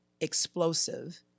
explosive